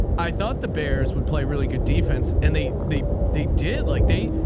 i thought the bears would play really good defense. and they, they, they did like, they,